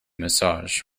massage